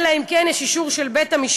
אלא אם כן יש אישור של בית-המשפט,